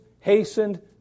hastened